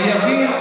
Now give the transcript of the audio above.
חייבים,